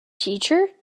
teacher